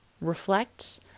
reflect